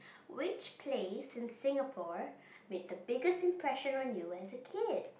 which place in Singapore made the biggest impression on you as a kid